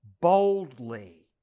boldly